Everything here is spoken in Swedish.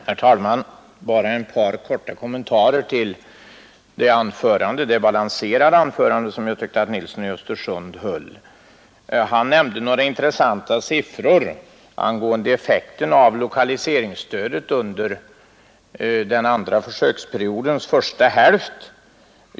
Herr talman! Bara ett par korta kommentarer till det balanserade anförande som jag tyckte att herr Nilsson i Östersund höll. Han nämnde några intressanta siffror angående effekten av lokaliseringsstödet under den andra försöksperiodens första hälft.